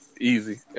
easy